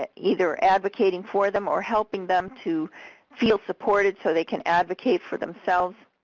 ah either advocating for them or helping them to feel supported so they can advocate for themselves.